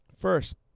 First